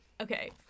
okay